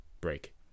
break